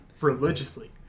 Religiously